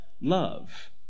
love